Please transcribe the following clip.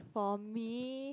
for me